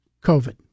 covid